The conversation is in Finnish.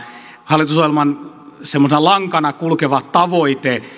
hallitusohjelman semmoisena lankana kulkeva tavoite